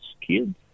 kids